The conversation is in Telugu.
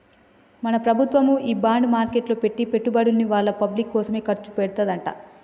మన ప్రభుత్వము ఈ బాండ్ మార్కెట్లో పెట్టి పెట్టుబడుల్ని వాళ్ళ పబ్లిక్ కోసమే ఖర్చు పెడతదంట